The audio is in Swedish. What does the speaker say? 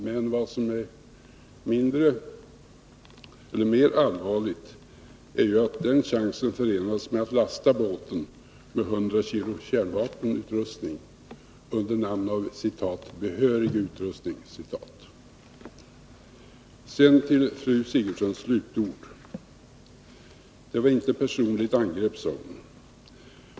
Men vad som är mer allvarligt är att den chansen förenades med att man lastat båten med 100 kilo kärnvapenutrustning under namn av ”behörig utrustning”. Sedan till fru Sigurdsens slutord. Det var inte ett personligt angrepp, sade hon.